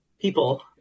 people